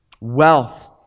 wealth